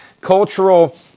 cultural